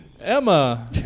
Emma